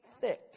thick